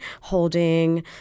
holding